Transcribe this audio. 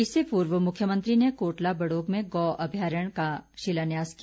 इससे पूर्व मुख्यमंत्री ने कोटला बड़ोग में गौ अभ्यारण्य का शिलान्यास किया